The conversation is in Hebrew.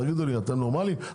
תגידו לי, אתם נורמליים?